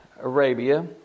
Arabia